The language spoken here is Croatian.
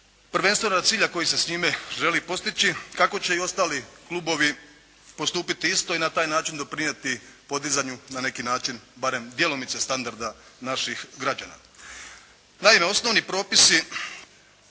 prvenstveno radi cilja koji se s njime želi postići kako će i ostali klubovi postupiti isto i na taj način doprinijeti podizanju na neki način barem djelomice standarda naših građana. Naime, osnovni propisi